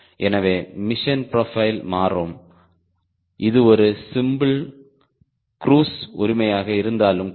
எனவே mission profile மாறும் இது ஒரு சிம்பிள் க்ரூஸ் உரிமையாக இருந்தாலும் கூட